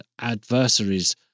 adversaries